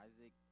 Isaac